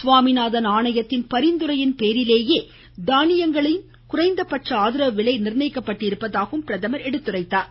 சுவாமீநாதன் ஆணையத்தின் பரிந்துரையின் பேரிலேயே தானியங்களுக்கான குறைந்த பட்ச ஆதரவு விலை நிர்ணயிக்கப்பட்டிருப்பதாகவும் பிரதமர் எடுத்துரைத்தார்